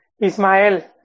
Ismael